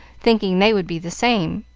thinking they would be the same.